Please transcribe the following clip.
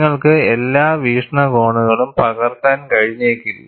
നിങ്ങൾക്ക് എല്ലാ വീക്ഷണകോണുകളും പകർത്താൻ കഴിഞ്ഞേക്കില്ല